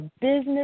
business